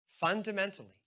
fundamentally